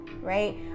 right